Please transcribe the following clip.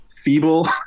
feeble